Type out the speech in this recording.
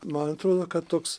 man atrodo kad toks